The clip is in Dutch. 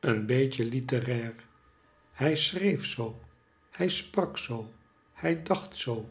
een beetje litterair hij schreef zoo hij sprak zoo hij dacht zoo